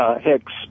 Hicks